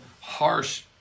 harsh